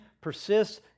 persists